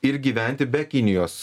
ir gyventi be kinijos